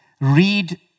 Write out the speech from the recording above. read